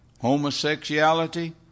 homosexuality